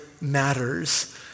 matters